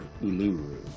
Uluru